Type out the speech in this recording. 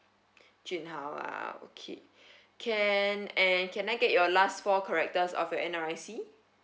jin hao ah okay can and can I get your last four characters of your N_R_I_C